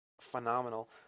phenomenal